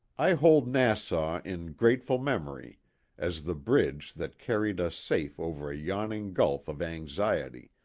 i hold nassau in grateful memory as the bridge that carried us safe over a yawning gulf of anxiety,